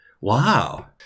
Wow